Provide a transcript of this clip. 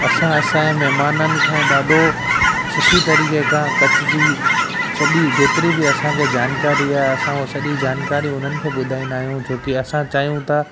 असां असांजे महिमाननि खां ॾाढो सुठी तरीक़े सां कच्छ जी सॼी जेतिरी बि असांखे जानकारी आहे असां हू जानकारी हुननि खे ॿुधाईंदा आहियूं छो कि असां चाहियूं था